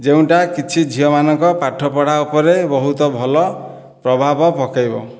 ଯେଉଁଟା କିଛି ଝିଅମାନଙ୍କ ପାଠ ପଢ଼ା ଉପରେ ବହୁତ ଭଲ ପ୍ରଭାବ ପକେଇବ